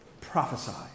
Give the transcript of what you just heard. prophesy